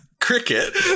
Cricket